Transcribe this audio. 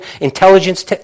intelligence